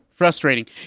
frustrating